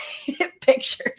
pictures